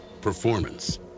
Performance